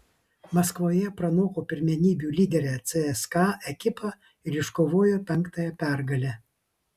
maskvoje pranoko pirmenybių lyderę cska ekipą ir iškovojo penktąją pergalę